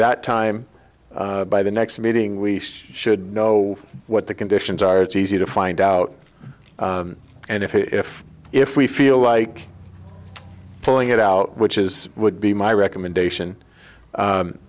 that time by the next meeting we should know what the conditions are it's easy to find out and if if we feel like pulling it out which is would be my recommendation